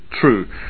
true